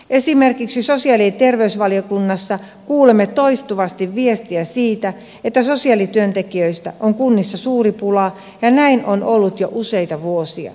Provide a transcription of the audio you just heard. esimerkiksi sosiaali ja terveysvaliokunnassa kuulemme toistuvasti viestiä siitä että sosiaalityöntekijöistä on kunnissa suuri pula ja näin on ollut jo useita vuosia